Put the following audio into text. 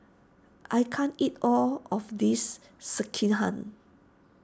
I can't eat all of this Sekihan